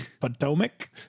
Potomac